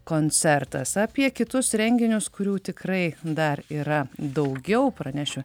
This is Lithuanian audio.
koncertas apie kitus renginius kurių tikrai dar yra daugiau pranešiu